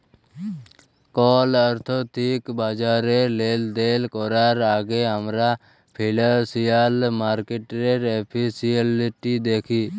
call আথ্থিক বাজারে লেলদেল ক্যরার আগে আমরা ফিল্যালসিয়াল মার্কেটের এফিসিয়াল্সি দ্যাখি